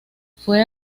fue